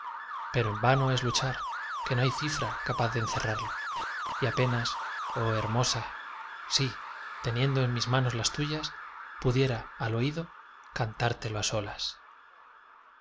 pero en vano es luchar que no hay cifra capaz de encerrarlo y apenas oh hermosa si teniendo en mis manos las tuyas pudiera al oído cantártelo á solas